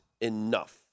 enough